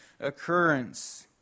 occurrence